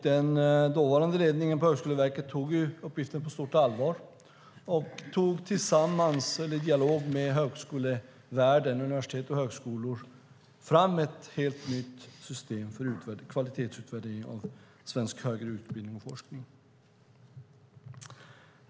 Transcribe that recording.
Den dåvarande ledningen på Högskoleverket tog uppgiften på stort allvar och tog i dialog med högskolevärlden, med universitet och högskolor, fram ett helt nytt system för kvalitetsutvärdering av svensk högre utbildning och forskning.